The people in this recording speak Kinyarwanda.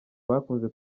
bakunze